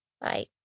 bye